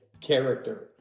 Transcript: character